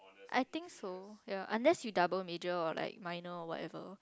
I think so ya unless you double major or like minor or whatever